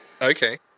Okay